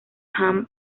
ham